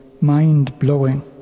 mind-blowing